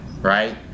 right